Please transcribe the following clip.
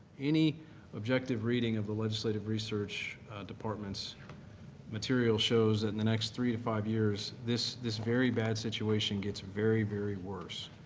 any objective reading of the legislative research departments material shows that in the next three to five years, this this very bad situation gets very, very worse.